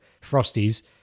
Frosties